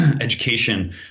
education